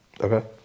Okay